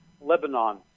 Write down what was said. Lebanon